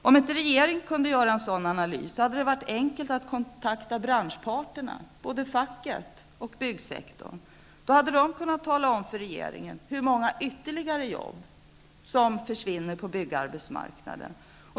Om inte regeringen kunnat göra en sådan analys hade det varit enkelt att kontakta branschpartnerna, både facket och representanter för byggbranschen. De hade då kunnat tala om för regeringen hur många ytterligare arbeten som försvinner på byggarbetsmarknaden.